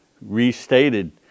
Restated